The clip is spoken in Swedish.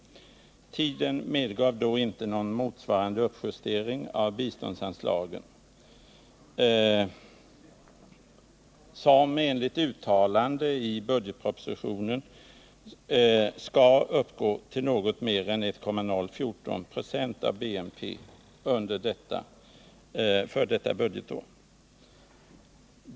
Tiden medgav då inte någon motsvarande uppjustering av biståndsanslagen, som enligt uttalande i budgetpropositionen skall uppgå till 1,014 96 av BNP för detta budgetår.